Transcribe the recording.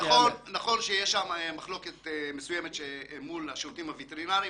נכון שיש שם מחלוקת מסוימת מול השירותים הווטרינריים